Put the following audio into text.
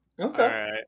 Okay